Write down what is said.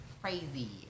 Crazy